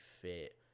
fit